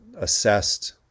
assessed